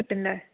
പറ്റും അല്ലെ